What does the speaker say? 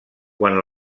quan